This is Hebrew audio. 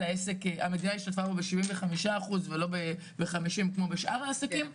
המדינה השתתפה בשבעים וחמישה אחוז ולא בחמישים כמו בשאר העסקים.